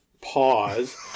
pause